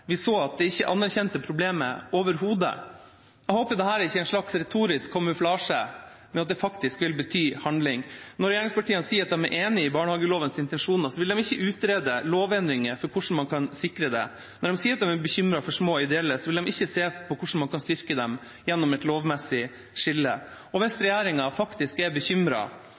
valgkampen, så vi at de ikke anerkjente problemet overhodet. Jeg håper dette ikke er en slags retorisk kamuflasje, men at det faktisk vil bety handling. Når regjeringspartiene sier at de er enig i barnehagelovens intensjoner, vil de ikke utrede lovendringer for hvordan man kan sikre dem. Når de sier at de er bekymret for de små, ideelle, vil de ikke se på hvordan man kan styrke dem gjennom et lovmessig skille. Og hvis regjeringa faktisk er